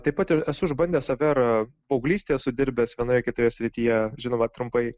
taip pat ir esu išbandęs save ir paauglystėj esu dirbęs vienoje kitoje srityje žinoma trumpai